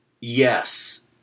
yes